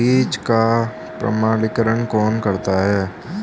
बीज का प्रमाणीकरण कौन करता है?